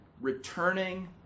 returning